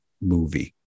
movie